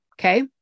okay